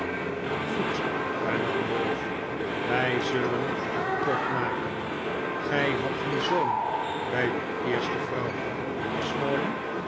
goed hernam ralph wij zullen het kort maken gij hadt een zoon bij uw eerste vrouw